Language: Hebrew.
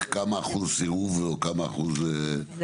כמה אחוז סירוב או כמה אחוז הסכמה?